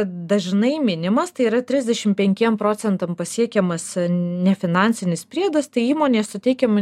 dažnai minimas tai yra trisdešimt penkiem procentam pasiekiamas nefinansinis priedas tai įmonės suteikiami